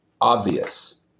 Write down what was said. obvious